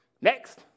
Next